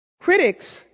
Critics